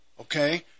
Okay